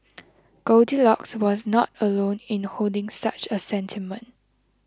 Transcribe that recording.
goldilocks was not alone in holding such a sentiment